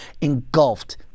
engulfed